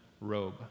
robe